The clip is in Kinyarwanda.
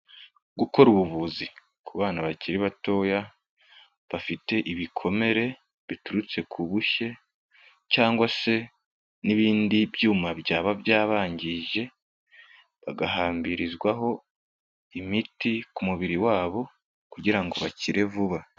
Gukora ubuvuzi ku bana bakiri batoya bafite ibikomere biturutse ku bushye cyangwa se n'ibindi byuma byaba byabangije bagahambirizwaho imiti ku mubiri wabo kugira ngo bakire vuba.